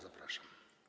Zapraszam.